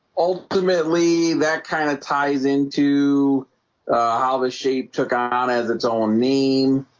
ultimately that kind of ties into how the shape took on as its own mean